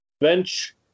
Bench